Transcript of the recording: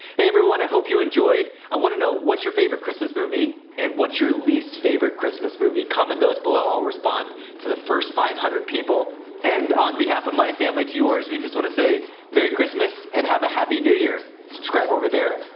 hey everyone. i hope you enjoyed. i want to know what's your favorite christmas movie? and what's your least favorite christmas movie comment those below? i'll respond to the first five hundred people and on behalf of my family to yours we just want to say merry christmas and have a happy new year subscribe over there.